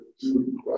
two